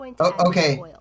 okay